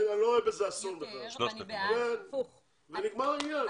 אני לא רואה אסון בכלל, ונגמר העניין.